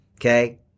okay